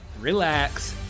relax